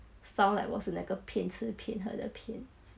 sounds like 我是那个骗吃骗喝的骗子